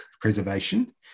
preservation